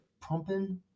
pumping